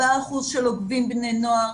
4% של עוקבים בני נוער.